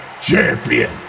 Champion